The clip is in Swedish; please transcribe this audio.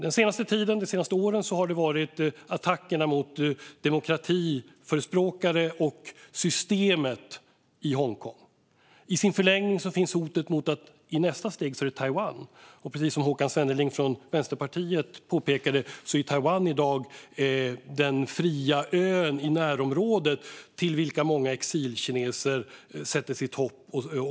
Den senaste tiden och de senaste åren har det handlat om attackerna mot demokratiförespråkare och systemet i Hongkong. I förlängningen finns hotet att det i nästa steg kommer att vara Taiwan. Precis som Håkan Svenneling från Vänsterpartiet påpekade är Taiwan i dag den fria ön i närområdet till vilka många exilkineser sätter sitt hopp.